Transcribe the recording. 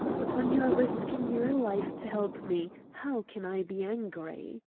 but when you are risking your life to help me, how can i be angry?